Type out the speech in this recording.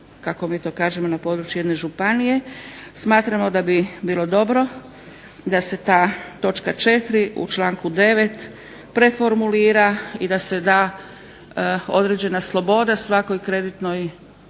kako mi to kažemo na području jedne županije. Smatramo da bi bilo dobro da se ta točka 4. u članku 9. preformulira i da se da određena sloboda svakoj kreditnoj